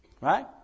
Right